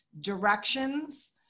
directions